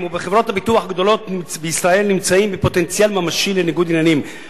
ובחברות ביטוח גדולות בישראל נמצאים בפוטנציאל ממשי לניגוד עניינים.